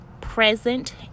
present